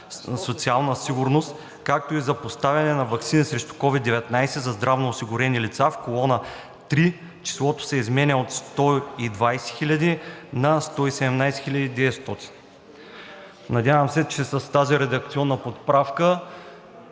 социална сигурност, както и за поставяне на ваксини срещу COVID-19 за здравноосигурени лица, в колона 3 числото се изменя от 120 000,0 на 117 900,0“.“ Надявам се, че с тази редакционна поправка